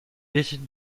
décide